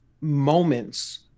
moments